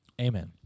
Amen